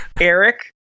Eric